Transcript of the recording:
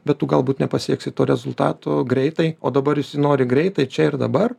bet tu galbūt nepasieksi to rezultatų greitai o dabar visi nori greitai čia ir dabar